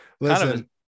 Listen